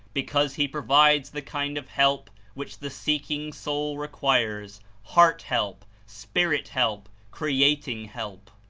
because he provides the kind of help which the seeking soul requires, heart-help, spirit help, creating help.